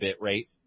bitrate